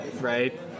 right